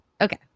Okay